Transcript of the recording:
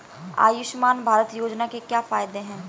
आयुष्मान भारत योजना के क्या फायदे हैं?